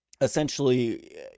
essentially